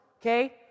okay